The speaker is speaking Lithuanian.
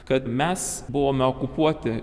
kad mes buvome okupuoti